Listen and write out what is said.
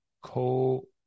co